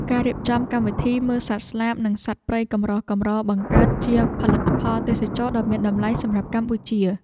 ការរៀបចំកម្មវិធីមើលសត្វស្លាប និងសត្វព្រៃកម្រៗបង្កើតជាផលិតផលទេសចរណ៍ដ៏មានតម្លៃសម្រាប់កម្ពុជា។